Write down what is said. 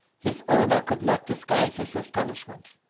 his owner could not disguise his astonishment.